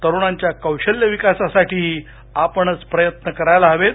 तरुणांच्या कौशल्यविकासासाठीही आपणच प्रयत्न करायला हवेत